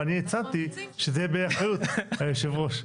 ואני הצעתי שזה יהיה באחריות יושב הראש.